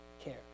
care